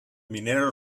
minero